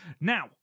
Now